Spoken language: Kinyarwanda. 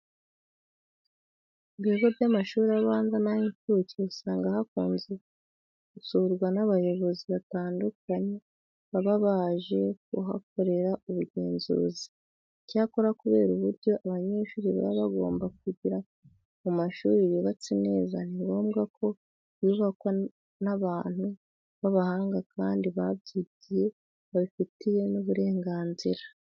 Mu bigo by'amashuri abanza n'ay'incuke usanga hakunze gusurwa n'abayobozi batandukanye baba baje kuhakorera ubugenzuzi. Icyakora kubera uburyo abanyeshuri baba bagomba kwigira mu mashuri yubatse neza, ni ngombwa ko yubakwa n'abantu b'abahanga kandi babyigiye babifitiye n'uburenganzira.